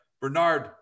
Bernard